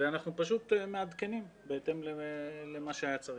ואנחנו פשוט מעדכנים בהתאם למה שהיה צריך.